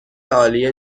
عالی